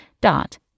Dot